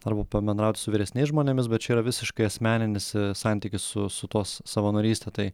arba pabendrauti su vyresniais žmonėmis bet čia yra visiškai asmeninis santykis su su tuo savanoryste tai